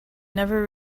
never